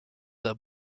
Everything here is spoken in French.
d’un